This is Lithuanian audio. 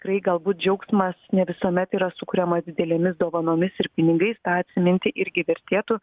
tikrai galbūt džiaugsmas ne visuomet yra sukuriamas didelėmis dovanomis ir pinigais tą atsiminti irgi vertėtų